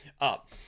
up